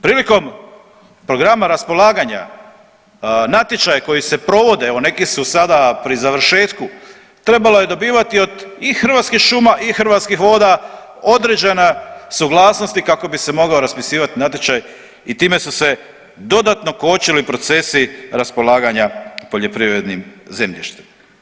Prilikom programa raspolaganja natječaji koji se provode, evo neki su sada pri završetku, trebalo je dobivati i od Hrvatskih šuma i Hrvatskih voda određene suglasnosti kako bi se mogao raspisivati natječaj i time su se dodatno kočili procesi raspolaganja poljoprivrednim zemljištem.